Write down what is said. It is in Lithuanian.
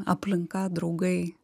aplinka draugai